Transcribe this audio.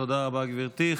תודה רבה, גברתי.